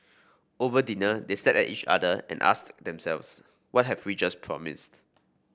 over dinner they stared at each other and asked themselves What have we just promised